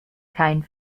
kein